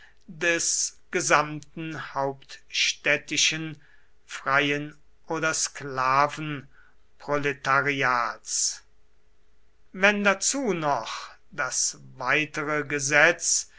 des gesamten hauptstädtischen freien oder sklavenproletariats wenn dazu noch das weitere gesetz